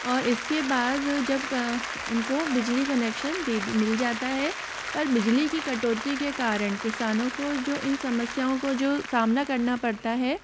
और इसके बाद जब उनको बिजली कनेक्शन दे दी मिल जाता है पर बिजली की कटौती के कारण किसानों को जो इन समस्याओं को जो सामना करना पड़ता है